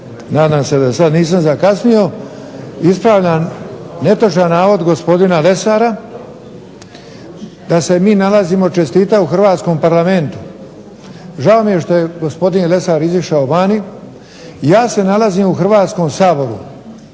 nadam se da sad nisam zakasnio, ispravljam netočan navod gospodina Lesara da se mi nalazimo čestitat u Hrvatskom parlamentu. Žao mi je što je gospodin Lesar izašao vani, ja se nalazim u Hrvatskom saboru,